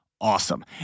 awesome